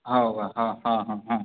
हो का हं हं हं हं